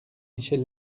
michel